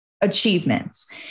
achievements